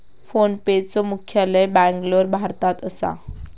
फोनपेचा मुख्यालय बॅन्गलोर, भारतात असा